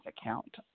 account